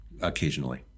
Occasionally